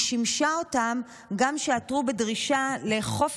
היא שימשה אותם גם כשעתרו בדרישה לאכוף